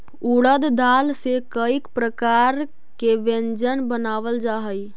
उड़द दाल से कईक प्रकार के व्यंजन बनावल जा हई